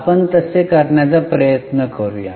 आपण तसे करण्याचा प्रयत्न करूया